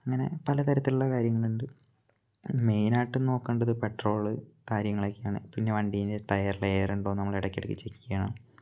ഇങ്ങനെ പല തരത്തിലുള്ള കാര്യങ്ങൾ ഉണ്ട് മെയിനായിട്ടും നോക്കേണ്ടത് പെട്രോള് കാര്യങ്ങളെക്കെയാണ് പിന്നെ വണ്ടിയുടെ ടയറിൽ എയറുണ്ടോ എന്നു നമ്മൾ ഇടയ്ക്ക് ഇടയ്ക്ക് ചെക്ക് ചെയ്യണം